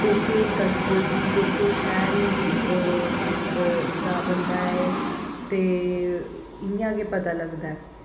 कोह्के कस्बे गी कोह्के शैह्र गी दा बंदा ऐ ते इयां गै पता लगदा ऐ